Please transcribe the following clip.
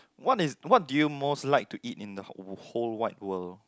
what is what do you most like to eat in the hot whole wide world